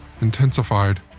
intensified